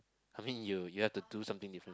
I mean you you have to do something different